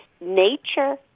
Nature